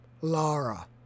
Laura